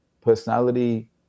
personality